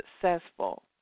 successful